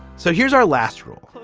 so here's our last rule.